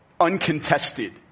uncontested